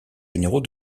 généraux